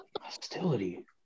Hostility